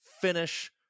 finish